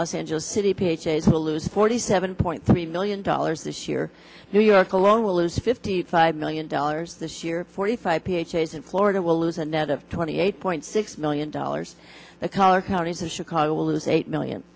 los angeles city p h a to lose forty seven point three million dollars this year new york alone will lose fifty five million dollars this year forty five p h s in florida will lose a net of twenty eight point six million dollars the collar counties of chicago will lose eight million